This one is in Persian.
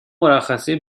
مرخصی